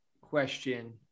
question